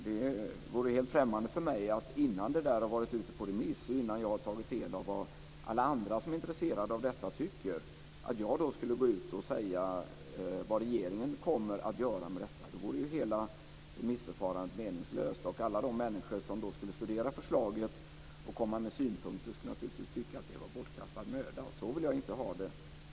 Det vore helt främmande för mig att innan detta har varit på remiss och innan jag har tagit del av vad alla andra som är intresserade av detta tycker gå ut och säga vad regeringen kommer att göra med detta. Då vore hela remissförfarandet meningslöst. Alla de människor som skulle studera förslaget och komma med synpunkter skulle naturligtvis tycka att det var bortkastad möda. Så vill jag inte ha det.